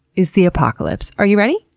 is the apocalypse. are you ready?